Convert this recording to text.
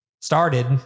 started